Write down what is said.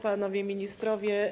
Panowie Ministrowie!